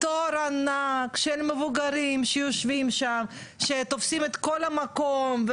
תור ענק של מבוגרים שיושבים שתופסים את כל המקום,